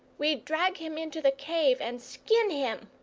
we'd drag him into the cave and skin him!